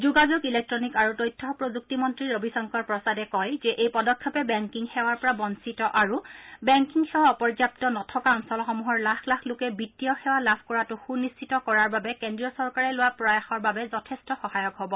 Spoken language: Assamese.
যোগাযোগ ইলেক্টনিক আৰু তথ্য প্ৰযক্তি মন্ত্ৰী ৰবিশংকৰ প্ৰসাদে কৈছে যে এই পদক্ষেপে বেংকিং সেৱাৰ পৰা বঞ্চিত আৰু বেংকিং সেৱা অপৰ্যাপ্ত নথকা অঞ্চলসমূহৰ লাখ লাখ লোকে বিত্তীয় সেৱা লাভ কৰাতো সুনিশ্চিত কৰাৰ বাবে কেন্দ্ৰীয় চৰকাৰে লোৱা প্ৰয়াসৰ যথেষ্ট সহায়ক হ'ব